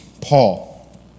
Paul